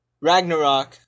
Ragnarok